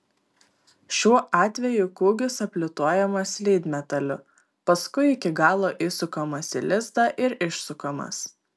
šiuo atveju kūgis aplituojamas lydmetaliu paskui iki galo įsukamas į lizdą ir išsukamas